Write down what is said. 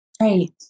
Right